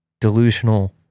delusional